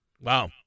wow